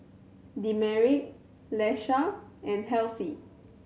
Demetric Iesha and Halsey